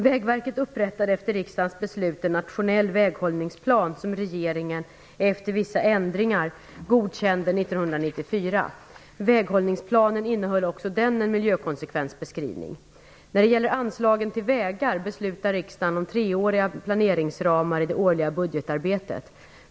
Vägverket upprättade efter riksdagens beslut en nationell väghållningsplan som regeringen, efter vissa ändringar, godkände 1994. Väghållningsplanen innehöll också den en miljökonsekvensbeskrivning. När det gäller anslagen till vägar beslutar riksdagen om treåriga planeringsramar i det årliga budgetarbetet.